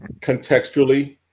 contextually